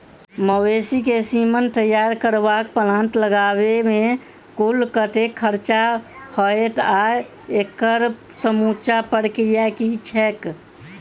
मवेसी केँ सीमन तैयार करबाक प्लांट लगाबै मे कुल कतेक खर्चा हएत आ एकड़ समूचा प्रक्रिया की छैक?